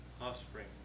Offspring